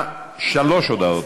שלוש הודעות,